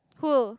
who